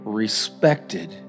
respected